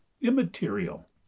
immaterial